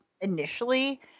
initially